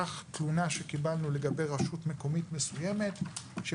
כך תלונה שקיבלנו לגבי רשות מקומית מסוימת כאשר